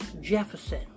Jefferson